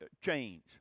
change